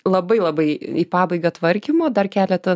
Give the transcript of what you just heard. labai labai į pabaigą tvarkymo dar keletą